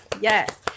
Yes